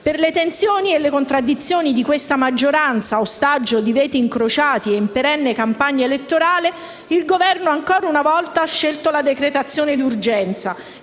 delle tensioni e delle contraddizioni di questa maggioranza, ostaggio di veti incrociati in perenne campagna elettorale, il Governo, ancora una volta, ha scelto la decretazione d'urgenza,